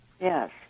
Yes